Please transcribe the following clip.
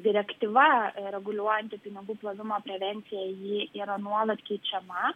direktyva reguliuojanti pinigų plovimo prevencijai ji yra nuolat keičiama